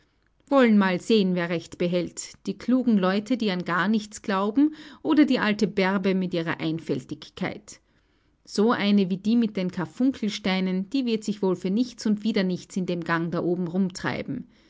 wollen mal sehen wer recht behält die klugen leute die an gar nichts glauben oder die alte bärbe mit ihrer einfältigkeit so eine wie die mit den karfunkelsteinen die wird sich wohl für nichts und wieder nichts in dem gang da oben rumtreiben